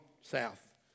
south